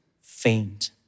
faint